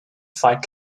fight